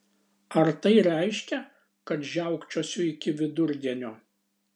ar tai reiškia kad žiaukčiosiu iki vidurdienio